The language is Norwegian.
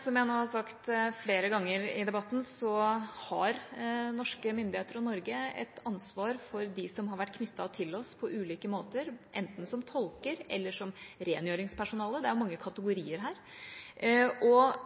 Som jeg nå har sagt flere ganger i debatten, har norske myndigheter og Norge et ansvar for dem som har vært knyttet til oss på ulike måter – enten som tolker eller som rengjøringspersonale, det er mange kategorier her. Når det gjelder den uttalelsen som kom i 2012, nemlig at Forsvaret må være med og